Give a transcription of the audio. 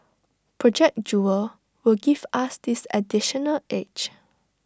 project jewel will give us this additional edge